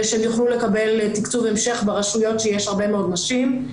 שהן יוכלו לקבל תקצוב המשך ברשויות שבהן יש הרבה מאוד נשים.